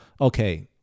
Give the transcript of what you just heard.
okay